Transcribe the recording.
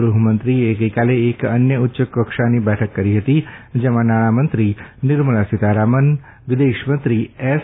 ગૃહમંત્રીએ ગઇકાલે એક અન્ય ઉચ્યકક્ષાની બેઠક કરી હતી જેમાં નાણામંત્રી નિર્મલા સિતારામને વિદેશમંત્રી એસ